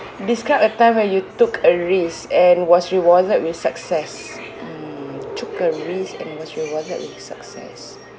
describe a time where you took a risk and was rewarded with success mm took a risk and was rewarded with success